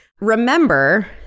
remember